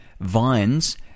vines